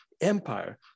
Empire